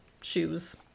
shoes